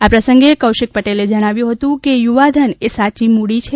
આ પ્રસંગે કૌશિક પટેલે જણાવ્યું હતું કે યુવાધન એ સાચી મૂડી છે